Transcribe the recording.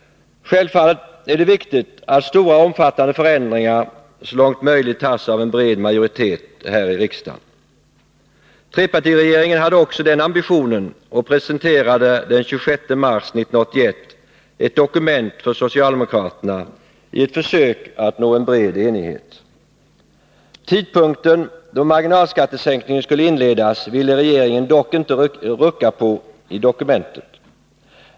Självfallet är det viktigt att beslut om stora och omfattande förändringar så långt möjligt tas av en bred majoritet här i riksdagen. Trepartiregeringen hade också den ambitionen och presenterade den 26 mars 1981 ett dokument för socialdemokraterna i ett försök att nå en bred enighet. Tidpunkten då marginalskattesänkningen skulle inledas ville regeringen dock inte rucka på i dokumentet.